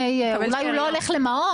אולי הוא לא הולך למעון,